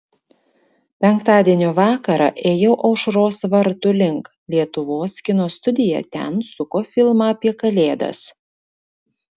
penktadienio vakarą ėjau aušros vartų link lietuvos kino studija ten suko filmą apie kalėdas